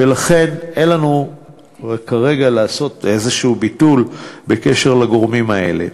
ולכן אין לנו כרגע אפשרות לעשות איזשהו ביטול בקשר לגורמים האלה.